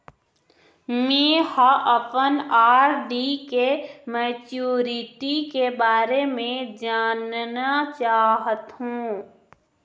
में ह अपन आर.डी के मैच्युरिटी के बारे में जानना चाहथों